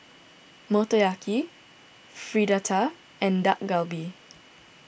Motoyaki Fritada and Dak Galbi